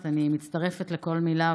אני מצטרפת לכל מילה,